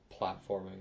platforming